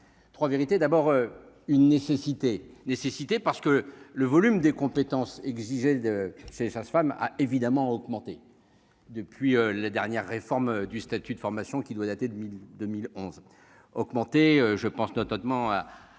3 vérités : d'abord une nécessité nécessité parce que le volume des compétences exigées de c'est sa femme a évidemment augmenté depuis la dernière réforme du statut de formation qui doit dater de 1000 2011 augmenter je pense notamment à